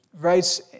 writes